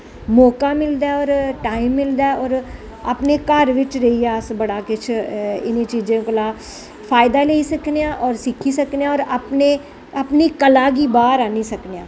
मौका मिलदा ऐ होर टाइम मिलदा ऐ होर अपने घर बिच रेहियै अस बड़ा किश इ'नें चीजें कोला उप्पर भला फायदा लेई सकने आं होर सिक्खी सकने आं होर अपने अपनी कला गी बाहर आनी सकने आं